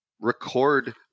record